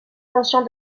conscient